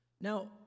Now